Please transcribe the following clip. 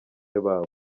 babo